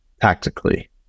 Tactically